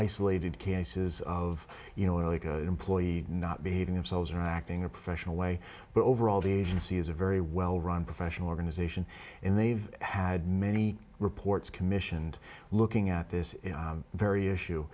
isolated cases of you know a good employee not behaving themselves or acting a professional way but overall the agency is a very well run professional organization in they've had many reports commissioned looking at this very issue